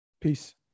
Peace